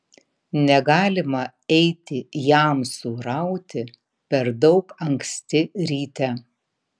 negalima eiti jamsų rauti per daug anksti ryte